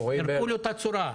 פירקו לו את הצורה.